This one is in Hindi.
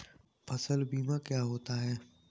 फसल बीमा क्या होता है?